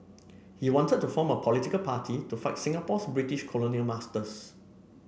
he wanted to form a political party to fight Singapore's British colonial masters